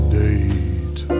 date